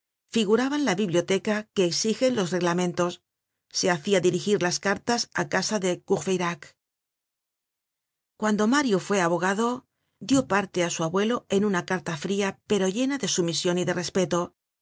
figuraban la biblioteca que exigen los reglamentos se hacia dirigir las cartas á casa de courfeyrac cuando mario fue abogado dió parte á su abuelo en una carta fría pero llena de sumision y de respeto el